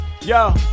yo